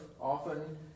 often